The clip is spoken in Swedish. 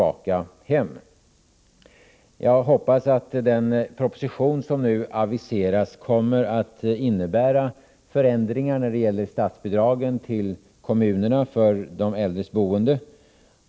När det gäller statsbidragen till kommunerna hoppas jag att den proposition som nu aviseras kommer att innebära förändringar för de äldres boende.